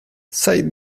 said